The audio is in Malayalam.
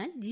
എന്നാൽ ജി